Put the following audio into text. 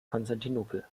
konstantinopel